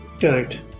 correct